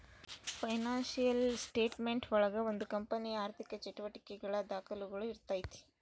financial statement ಒಳಗ ಒಂದು ಕಂಪನಿಯ ಆರ್ಥಿಕ ಚಟುವಟಿಕೆಗಳ ದಾಖುಲುಗಳು ಇರ್ತೈತಿ